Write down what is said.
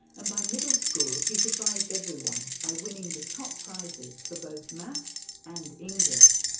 and by middle school he surprised everyone by winning the top prizes for both maths and english.